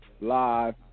live